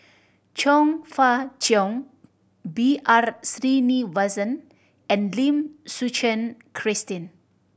Chong Fah Cheong B R Sreenivasan and Lim Suchen Christine